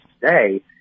today